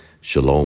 Shalom